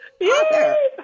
Yay